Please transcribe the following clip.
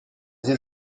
sie